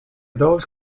those